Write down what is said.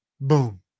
Boom